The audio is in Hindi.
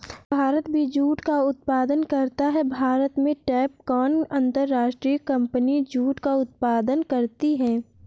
भारत भी जूट का उत्पादन करता है भारत में टैपकॉन अंतरराष्ट्रीय कंपनी जूट का उत्पादन करती है